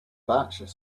berkshire